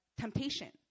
temptation